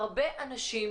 הרבה אנשים